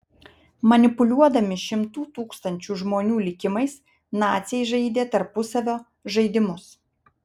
manipuliuodami šimtų tūkstančių žmonių likimais naciai žaidė tarpusavio žaidimus